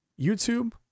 YouTube